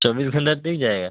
چوبیس گھنٹہ ٹک جائے گا